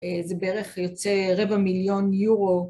זה בערך יוצא רבע מיליון יורו